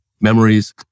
memories